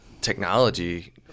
technology